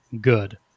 good